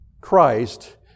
Christ